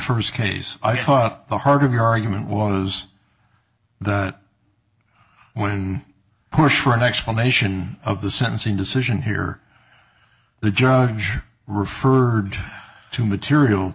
first case i thought the heart of your argument was the push for an explanation of the sentencing decision here the judge referred to material